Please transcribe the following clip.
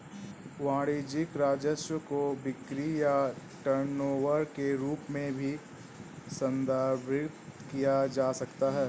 वाणिज्यिक राजस्व को बिक्री या टर्नओवर के रूप में भी संदर्भित किया जा सकता है